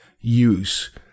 use